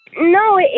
no